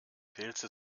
pilze